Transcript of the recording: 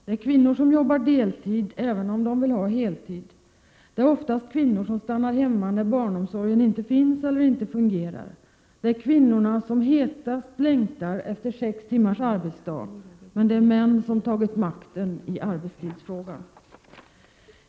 Det är kvinnor som jobbar deltid, även om de vill ha heltid, det är oftast kvinnor som stannar hemma när barnomsorgen inte finns eller inte fungerar, det är kvinnorna som hetast längtar efter sex timmars arbetsdag, men det är män som tagit makten i arbetstidsfrågan.